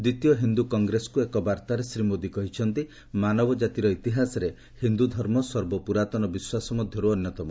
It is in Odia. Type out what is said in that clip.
ଦ୍ୱିତୀୟ ହିନ୍ଦୁ କଂଗ୍ରେସକୁ ଏକ ବାର୍ତ୍ତାରେ ଶ୍ରୀ ମୋଦି କହିଛନ୍ତି ମାନବଜାତିର ଇତିହାସରେ ହିନ୍ଦୁଧର୍ମ ସର୍ବପୁରାତନ ବିଶ୍ୱାସ ମଧ୍ୟରୁ ଅନ୍ୟତମ